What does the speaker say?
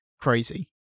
crazy